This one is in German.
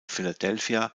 philadelphia